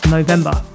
November